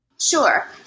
Sure